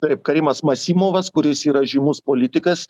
taip karimas masimovas kuris yra žymus politikas